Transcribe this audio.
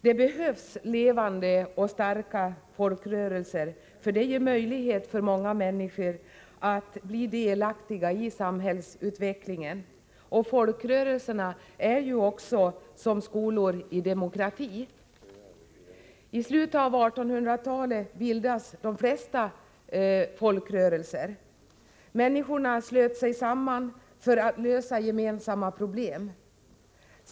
Det behövs levande och starka folkrörelser, för dessa ger möjlighet för många människor att bli delaktiga i samhällsutvecklingen, och folkrörelserna är ju också som skolor i demokrati. Islutet av 1800-talet bildades de flesta folkrörelserna. Människorna slöt sig samman för att lösa gemensamma problem.